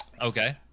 Okay